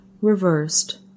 reversed